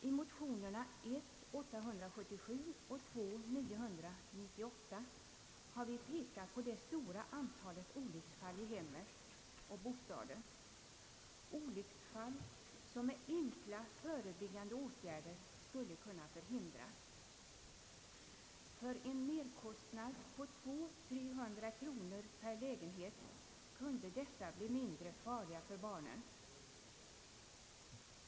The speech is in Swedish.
I motionerna 1: 877 och II:998 har vi pekat på det stora antalet olycksfall i hemmet och i bostaden — olycksfall som med enkla förebyggande åtgärder skulle kunna förhindras. För en merkostnad av 200—300 kronor per lägenhet kunde dessa bli mindre farliga för barnen.